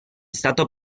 stato